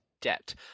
Debt